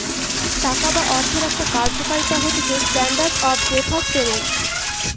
টাকা বা অর্থের একটা কার্যকারিতা হতিছেস্ট্যান্ডার্ড অফ ডেফার্ড পেমেন্ট